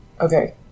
okay